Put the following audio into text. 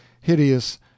hideous